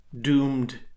doomed